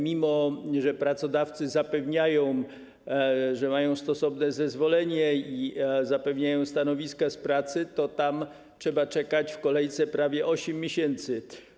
Mimo że pracodawcy zapewniają, że mają stosowne zezwolenie, i zapewniają stanowiska pracy, to tam trzeba czekać w kolejce prawie 8 miesięcy.